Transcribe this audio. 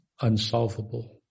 unsolvable